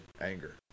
anger